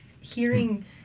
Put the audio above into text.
hearing